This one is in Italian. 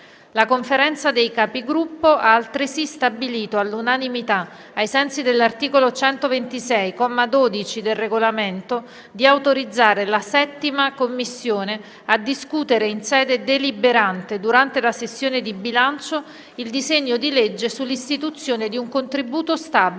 La Conferenza dei Capigruppo ha altresì stabilito, all'unanimità, ai sensi dell'articolo 126, comma 12, del Regolamento, di autorizzare la 7a Commissione a discutere in sede deliberante, durante la sessione di bilancio, il disegno di legge sull'istituzione di un contributo stabile